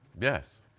Yes